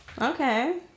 Okay